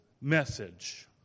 message